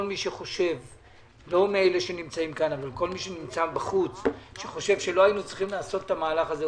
כל מי שנמצא בחוץ וחושב שלא היינו צריכים לעשות את המהלך הזה,